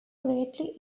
greatly